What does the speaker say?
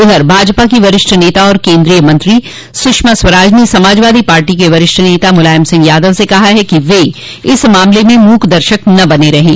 उधर भाजपा की वरिष्ठ नेता और केन्द्रीय मंत्री सुषमा स्वराज ने समाजवादी पार्टी के वरिष्ठ नेता मुलायम सिंह यादव से कहा है कि वे इस मामले में मूक दर्शक न बने रहें